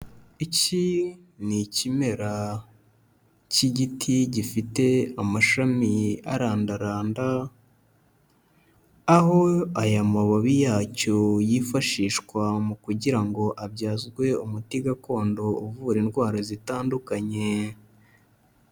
Iki ni ikimera cy'igiti gifite amashami arandarananda, aho aya mababi yacyo yifashishwa mu kugira ngo abyazwe umuti gakondo uvura indwara zitandukanye.